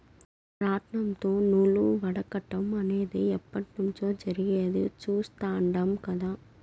రాట్నంతో నూలు వడకటం అనేది ఎప్పట్నుంచో జరిగేది చుస్తాండం కదా